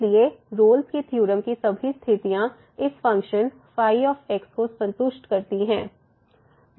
इसलिए रोल्स की theorem Rolle's theorem की सभी स्थितियां इस फ़ंक्शन को संतुष्ट करती हैं